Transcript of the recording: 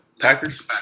Packers